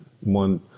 one